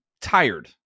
tired